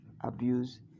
abuse